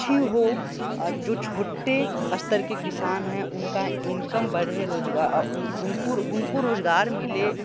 अच्छी हो जो छोटे स्तर के किसान है उनका इनकम बढ़े रोजगार उनको उनको रोजगार मिले